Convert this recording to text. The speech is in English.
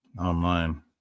online